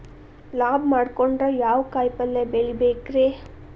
ಲಾಭ ಮಾಡಕೊಂಡ್ರ ಯಾವ ಕಾಯಿಪಲ್ಯ ಬೆಳಿಬೇಕ್ರೇ?